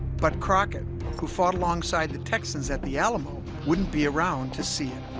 but crockett who fought alongside the texans at the alamo wouldn't be around to see it